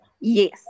Yes